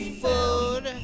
food